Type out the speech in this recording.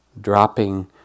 dropping